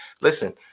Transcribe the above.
Listen